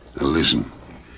listen